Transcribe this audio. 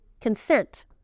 consent